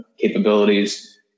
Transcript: capabilities